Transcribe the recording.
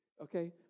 okay